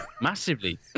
Massively